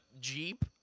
jeep